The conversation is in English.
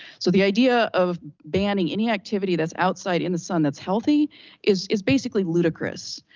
so the idea of banning any activity that's outside in the sun, that's healthy is is basically ludicrous,